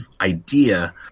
idea